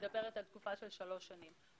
מדברת על תקופה של שלוש שנים.